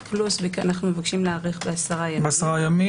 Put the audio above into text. וגם אנחנו מבקשים להאריך בעשרה ימים.